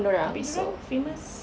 tapi dorang famous